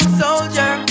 soldier